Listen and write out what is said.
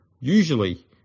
Usually